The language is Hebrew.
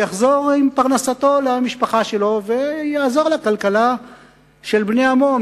יחזור עם פרנסתו למשפחה שלו ויעזור לכלכלה של בני עמו,